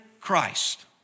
Christ